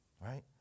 right